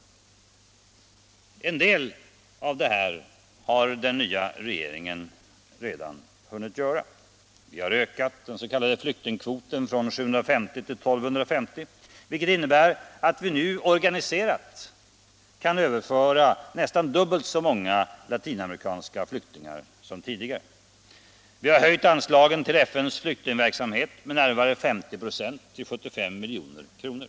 En del av detta gör vi. Vi har ökat den s.k. flyktingkvoten från 750 till I 250, vilket innebär att vi nu organiserat kan överföra nästan dubbelt så många latinamerikanska flyktingar som tidigare. Vi har höjt anslagen till FN:s flyktingverksamhet med närmare 50 96 till 75 milj.kr.